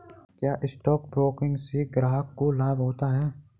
क्या stock broking से ग्राहक को लाभ होता है?